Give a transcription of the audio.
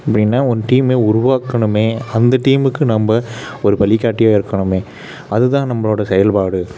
அப்படின்னா ஒரு டீம்மே உருவாக்கணுமே அந்த டீம்முக்கு நம்ம ஒரு வழிகாட்டியாக இருக்கணுமே அதுதான் நம்மளோட செயல்பாடு